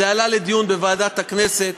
זה עלה לדיון בוועדת הכנסת.